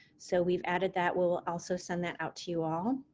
so, we've added that, we'll also send that out to you all.